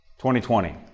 2020